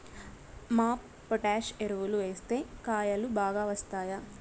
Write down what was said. MOP potash ఎరువులు వేస్తే కాయలు బాగా వస్తాయా?